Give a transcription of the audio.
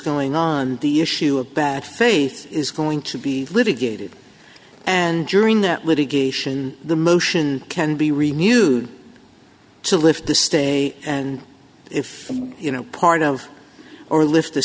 going on the issue of bad faith is going to be litigated and during that litigation the motion can be renewed to lift the stay and if you know part of or li